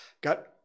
Got